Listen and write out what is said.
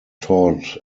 taught